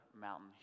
mountain